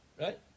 Right